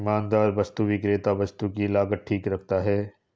ईमानदार वस्तु विक्रेता वस्तु की लागत ठीक रखता है